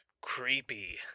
Creepy